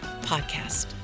Podcast